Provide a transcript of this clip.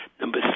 Number